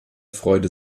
freude